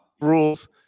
rules